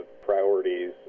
priorities